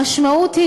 המשמעות היא